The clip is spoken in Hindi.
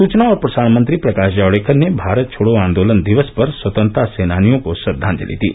सूचना और प्रसारण मंत्री प्रकाश जावड़ेकर ने भारत छोड़ो आंदोलन दिवस पर स्वतंत्रता सेनानियों को श्रद्वाजलि दी